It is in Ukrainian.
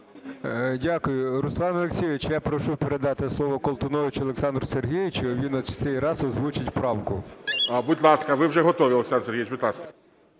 Дякую. Руслан Олексійович, я прошу передати слово Колтуновичу Олександру Сергійовичу. Він на цей раз озвучить правку. ГОЛОВУЮЧИЙ. Будь ласка. Ви вже готові, Олександр Сергійович, будь ласка.